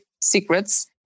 secrets